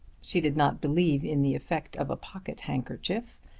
she did not believe in the effect of a pocket handkerchief,